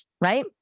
right